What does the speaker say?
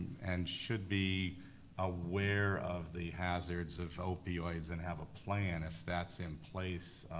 and should be aware of the hazards of opioids and have a plan if that's in place.